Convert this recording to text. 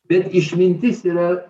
bet išmintis yra